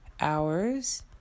hours